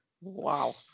Wow